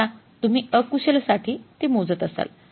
तर आता तुम्ही अकुशल साठी ते मोजत असाल